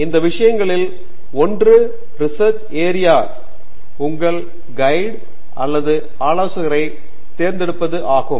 எனவே இந்த விஷயங்களில் ஒன்று ரிசெர்ச் ஏரியா உங்கள் கையேடு அல்லது ஆலோசகரை தேர்ந்தெடுப்பதும் ஆகும்